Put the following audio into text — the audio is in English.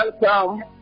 Welcome